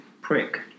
prick